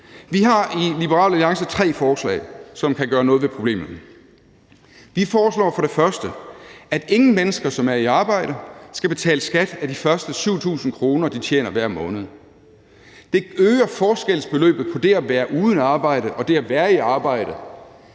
Vi har i Liberal Alliance tre forslag, som kan gøre noget ved problemerne. Vi foreslår for det første, at ingen mennesker, som er i arbejde, skal betale skat af de første 7.000 kr., de tjener hver måned. Det øger forskelsbeløbet på det at være uden arbejde og det at være i arbejde